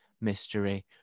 mystery